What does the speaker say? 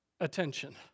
attention